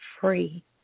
free